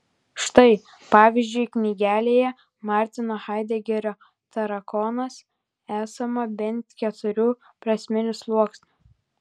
štai pavyzdžiui knygelėje martino haidegerio tarakonas esama bent keturių prasminių sluoksnių